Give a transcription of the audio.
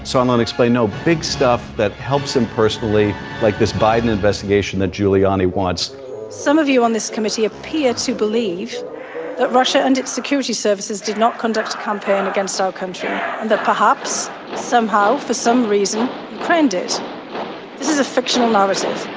so unexplained no big stuff that helps him personally like this biden investigation that giuliani wants some of you on this committee appear to believe that russia and its security services did not conduct campaign against our so country and that perhaps somehow for some reason planned it this is a fictional novice's